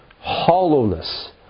hollowness